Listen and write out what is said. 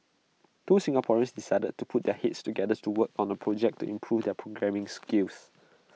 two Singaporeans decided to put their heads together to work on A project to improve their programming skills